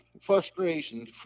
frustration